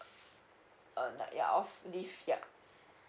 oh ya of leave yup